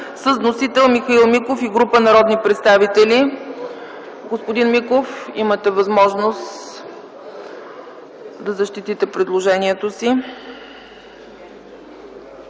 с вносители - Михаил Миков и група народни представители. Господин Миков, имате възможност да защитите предложението си.